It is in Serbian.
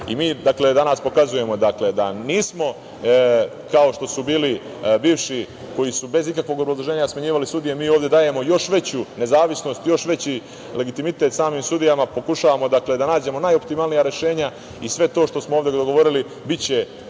tužiocima. Mi pokazujemo danas da nismo kao što su bili bivši koji su bez ikakvog obrazloženja smenjivali sudije. Mi ovde dajemo još veću nezavisnost, još veći legitimitet samim sudijama. Pokušavamo, dakle, da nađemo najoptimalnija rešenja i sve to što smo ovde dogovorili biće pred